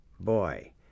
boy